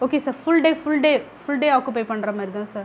okay sir full day full day full day occupy பண்ணுற மாதிரி தான் சார்